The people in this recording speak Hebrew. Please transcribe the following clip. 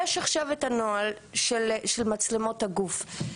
יש עכשיו הנוהל של מצלמות הגוף.